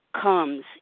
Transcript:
comes